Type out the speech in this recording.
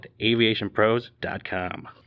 AviationPros.com